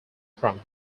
from